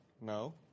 No